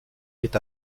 est